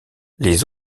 les